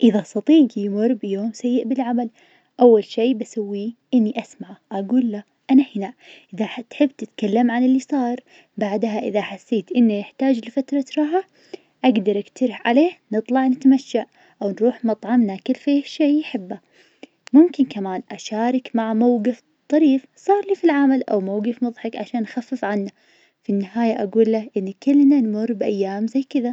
إذا صديجي يمر بيوم سيء بالعمل, أول شي بسويه, إني أسمعه, أقوله أنا هنا إذا حتحب تتكلم عن اللي صار, بعدها إذا حسيت إنه يحتاج لفترة راحة, أقدر اقترح عليه نطلع نتمشى, أو نروح مطعم ناكل فيه شي يحبه, ممكن كمان أشارك معه موقف طريف صار لي في العمل أو موقف مضحك عشان أخفف عنه, في النهاية أقول له إن كلنا نمر بأيام زي كذا.